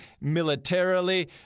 militarily